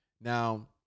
Now